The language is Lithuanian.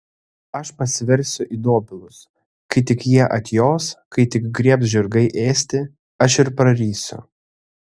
aš pasiversiu į dobilus kai tik jie atjos kai tik griebs žirgai ėsti aš ir prarysiu